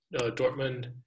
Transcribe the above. Dortmund